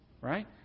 right